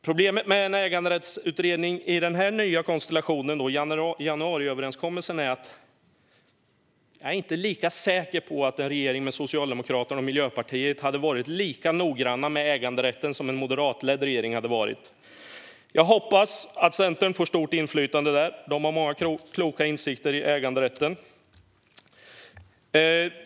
Problemet med en äganderättsutredning i den nya konstellation som januariöverenskommelsen innebär är att jag inte är lika säker på att en regering med Socialdemokraterna och Miljöpartiet är lika noggranna med äganderätten som en moderatledd regering hade varit. Jag hoppas att Centern får stort inflytande där. De har många kloka insikter när det gäller äganderätten.